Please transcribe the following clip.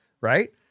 Right